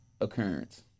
occurrence